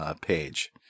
page